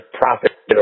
profit